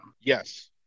yes